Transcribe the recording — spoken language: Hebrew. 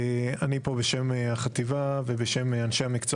אני פה בשם החטיבה ובשם אנשי המקצוע